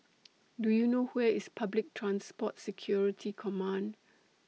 Do YOU know Where IS Public Transport Security Command